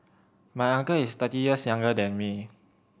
my uncle is thirty years younger than me